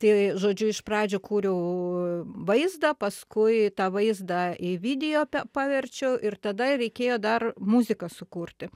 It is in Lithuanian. tai žodžiu iš pradžių kūriau vaizdą paskui tą vaizdą į video paverčiau ir tada reikėjo dar muziką sukurti